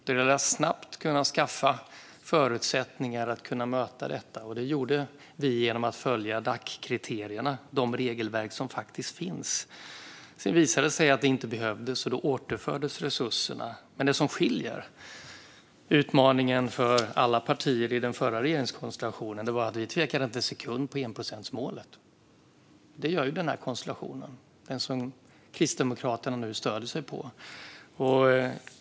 Det gällde att snabbt skaffa förutsättningar att möta detta, och det gjorde vi genom att följa Dac-kriterierna, de regelverk som faktiskt finns. Sedan visade det sig att det inte behövdes, och då återfördes resurserna. Men det som skiljer sig åt när det gäller utmaningen för alla partier i den förra regeringskonstellationen är att vi inte tvekade en sekund när det gäller enprocentsmålet. Det gör dock den konstellation som Kristdemokraterna nu ingår i.